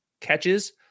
catches